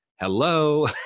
hello